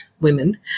women